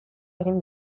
egin